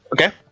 Okay